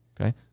Okay